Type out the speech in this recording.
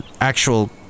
actual